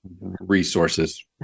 resources